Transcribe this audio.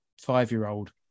five-year-old